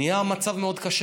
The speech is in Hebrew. נהיה מצב מאוד קשה.